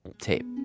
tape